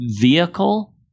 vehicle